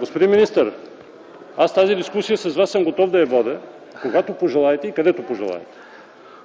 Господин министър, тази дискусия с Вас съм готов да я водя, когато пожелаете и където пожелаете.